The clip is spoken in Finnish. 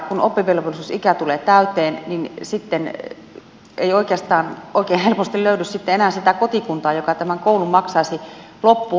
kun oppivelvollisuusikä tulee täyteen niin sitten ei oikeastaan oikein helposti löydy enää sitä kotikuntaa joka tämän koulun maksaisi loppuun